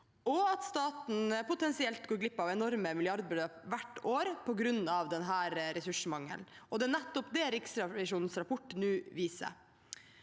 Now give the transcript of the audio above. og at staten potensielt går glipp av enorme milliardbeløp hvert år på grunn av denne ressursmangelen. Det er nettopp det Riksrevisjonens rapport nå viser.